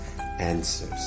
answers